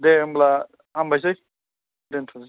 दे होमब्ला हामबायसै दोनथ'सै